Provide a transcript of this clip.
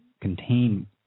contain